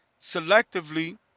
selectively